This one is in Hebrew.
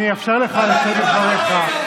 אני אאפשר לך להגיד את דבריך.